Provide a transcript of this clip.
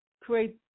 create